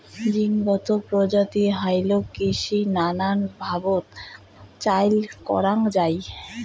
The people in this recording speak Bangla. জীনগত প্রযুক্তিক হালকৃষিত নানান ভাবত চইল করাঙ যাই